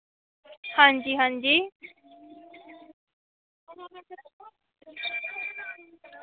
हां जी हां जी